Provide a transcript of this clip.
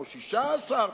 אני מגיע לפרק האחרון בדברי.